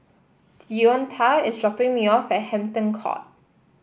Deonta is dropping me off at Hampton Court